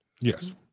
Yes